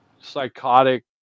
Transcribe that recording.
psychotic